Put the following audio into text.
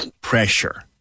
pressure